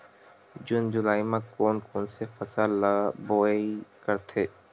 जून जुलाई म कोन कौन से फसल ल बोआई करथे?